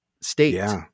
state